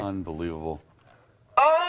Unbelievable